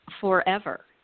forever